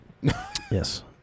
Yes